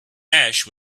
ash